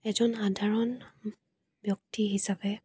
এজন সাধাৰণ ব্যক্তি হিচাপে